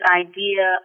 idea